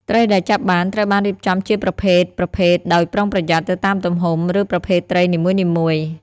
ត្រីដែលចាប់បានត្រូវបានរៀបចំជាប្រភេទៗដោយប្រុងប្រយ័ត្ន ទៅតាមទំហំ ឬប្រភេទត្រីនីមួយៗ។